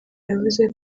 yavuze